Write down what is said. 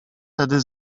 tedy